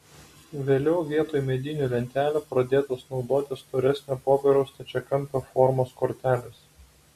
vėliau vietoj medinių lentelių pradėtos naudoti storesnio popieriaus stačiakampio formos kortelės